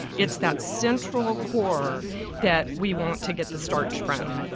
it's that central core that we want to get the starch from,